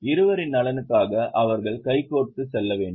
இருவரின் நலனுக்காக அவர்கள் கைகோர்த்துச் செல்ல வேண்டும்